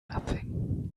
nothing